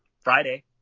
Friday